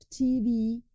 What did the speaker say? tv